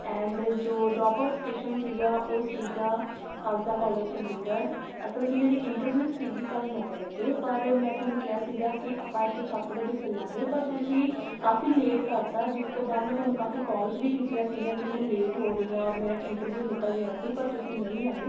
and ਜੋ dropout station ਸੀਗਾ ਉਹ ਸੀਗਾ ਖਾਲਸਾ ਕੋਲੇਜ ਚੰਡੀਗੜ੍ਹ ਅਸਲ 'ਚ ਮੇਰੀ ਇੰਟਰਵਿਊ ਸੀਗੀ ਕੱਲ੍ਹ ਨੋ ਵਜੇ ਪਰ ਮੈਂ ਤੁਹਾਨੂੰ ਕਿਹਾ ਸੀਗਾ ਕਿ ਆਪਾਂ ਇੱਥੋਂ ਸੱਤ ਵਜੇ ਚੱਲਾਂਗੇ ਪਰ ਤੁਸੀਂ ਕਾਫੀ ਲੇਟ ਕਰਤਾ ਜਿਸ ਤੋਂ ਬਾਅਦ ਮੈਂ ਤੁਹਾਨੂੰ ਕਾਫੀ ਕੋਲਸ ਵੀ ਕੀਤੀਆਂ ਸੀਗੀਆਂ ਕਿ ਮੈਂ ਲੇਟ ਹੋ ਰਹੀ ਹਾਂ ਓਰ ਮੇਰਾ ਇੰਟਰਵਿਊ ਨਿਕਲ ਰਿਹਾ ਸੀ ਪਰ ਤੂਸੀਂ ਨਹੀਂ ਆਏ